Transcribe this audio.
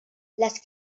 les